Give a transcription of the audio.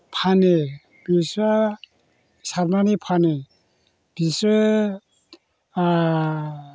फानो बिसोरहा सारनानै फानो बिसोरो